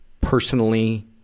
personally